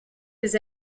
des